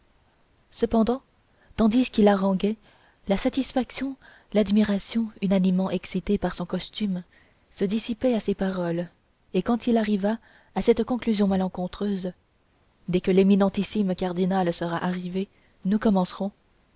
cependant tandis qu'il haranguait la satisfaction l'admiration unanimement excitées par son costume se dissipaient à ses paroles et quand il arriva à cette conclusion malencontreuse dès que l'éminentissime cardinal sera arrivé nous commencerons